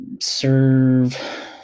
serve